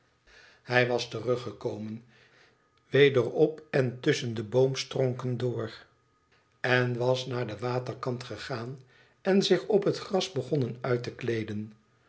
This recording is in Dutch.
hij was teruggekomen weder op en tusschen de boomtronken door en was naar den waterkant gegaan en zich op het gras begonnen uit te kleeden